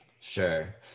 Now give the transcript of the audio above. Sure